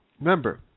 remember